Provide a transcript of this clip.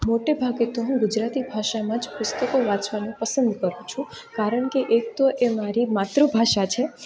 મોટે ભાગે તો હું ગુજરાતી ભાષામાં જ પુસ્તકો વાંચવાનું પસંદ કરું છું કારણ કે એક તો એ મારી માતૃભાષા છે